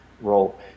role